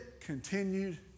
continued